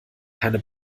keine